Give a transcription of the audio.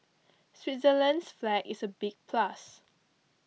Switzerland's flag is a big plus